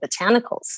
botanicals